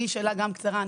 שאלה קצרה,